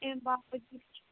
اَمہِ باپتھ تہِ چھِ